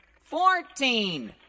fourteen